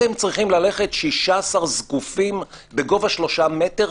אתם צריכים ללכת 16 זקופים בגובה שלושה מטר,